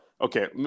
Okay